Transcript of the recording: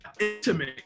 intimate